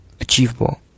achievable